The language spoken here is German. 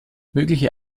mögliche